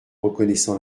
reconnaissant